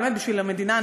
באמת בשביל המדינה,